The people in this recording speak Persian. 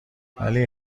ولی